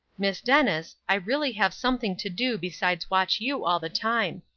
miss dennis, i really have something to do besides watch you all the time.